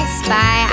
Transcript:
spy